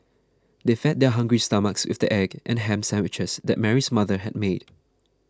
they fed their hungry stomachs with the egg and ham sandwiches that Mary's mother had made